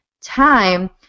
time